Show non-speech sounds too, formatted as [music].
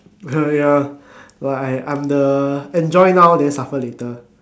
[noise] ya like I'm the enjoy now then suffer later